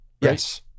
Yes